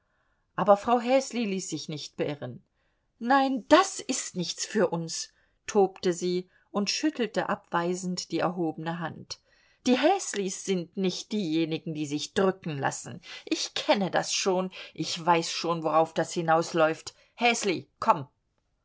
aber frau häsli ließ sich nicht beirren nein das ist nichts für uns tobte sie und schüttelte abweisend die erhobene hand die häslis sind nicht diejenigen die sich drücken lassen ich kenne das schon ich weiß schon worauf das hinausläuft häsli komm